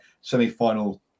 semi-final